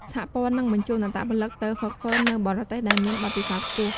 សហព័ន្ធនឹងបញ្ជូនអត្តពលិកទៅហ្វឹកហ្វឺននៅបរទេសដែលមានបទពិសោធន៍ខ្ពស់។